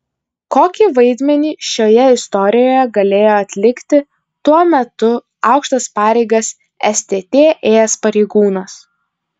kokį vaidmenį šioje istorijoje galėjo atlikti tuo metu aukštas pareigas stt ėjęs pareigūnas